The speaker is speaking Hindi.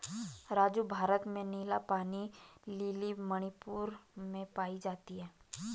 राजू भारत में नीला पानी लिली मणिपुर में पाई जाती हैं